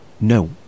No